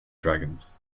dragons